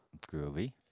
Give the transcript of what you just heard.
Groovy